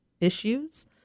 issues